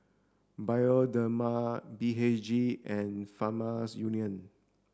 Bioderma B H G and Farmers Union